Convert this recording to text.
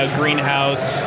greenhouse